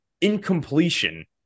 incompletion